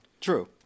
true